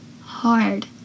hard